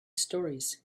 stories